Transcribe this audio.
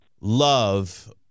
love